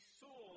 saw